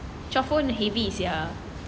twelve pun heavy sia